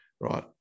right